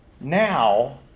now